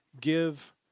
give